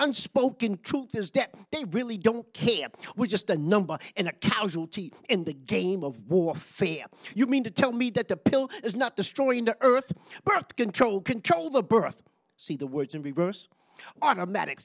unspoken truth his death they really don't care we're just the number in a casualty in the game of warfare you mean to tell me that the pill is not destroying the earth birth control control over birth see the words and reverse automatic